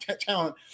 talent